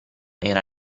era